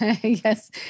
Yes